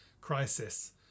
crisis